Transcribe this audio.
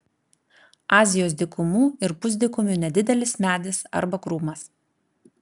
azijos dykumų ir pusdykumių nedidelis medis arba krūmas